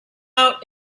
out